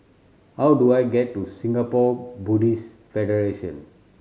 how do I get to Singapore Buddhist Federation